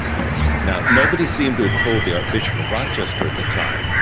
that's sweet. now nobody seemed to have told the ah bishop of rochester at the time,